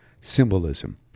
symbolism